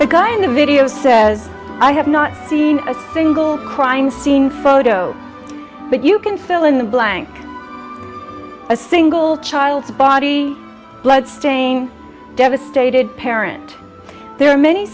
the guy in the video says i have not seen a single crime scene photo but you can fill in the blank a single child's body bloodstain devastated parent there are many